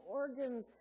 organs